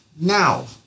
now